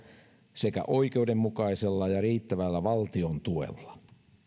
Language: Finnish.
sekä oikeudenmukaisella ja riittävällä valtion tuella